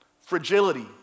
fragility